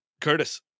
Curtis